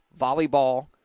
volleyball